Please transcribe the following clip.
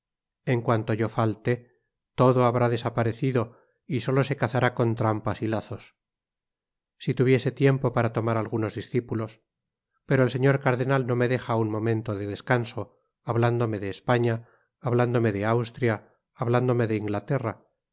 en cuanto yo falle todo habrá desaparecido y solo se cazará con trampas y lazos si tuviese tiempo para tomar algunos discípulos pero el señor cardenal no me deja un momento de descanso hablándomc de españa hablándome de austria hablándome de inglaterra